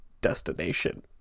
destination